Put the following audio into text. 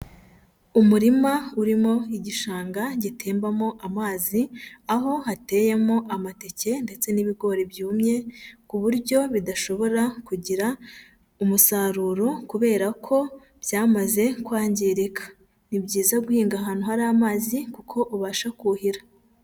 Umurima urimo igishanga gitembamo amazi, aho hateyemo amateke ndetse n'ibigori byumye, ku buryo bidashobora kugira umusaruro kubera ko byamaze kwangirika, ni byiza guhinga ahantu hari amazi kuko ubasha kuhira.